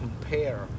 compare